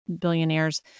billionaires